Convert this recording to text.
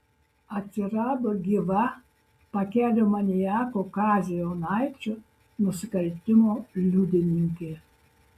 atsirado gyva pakelių maniako kazio jonaičio nusikaltimų liudininkė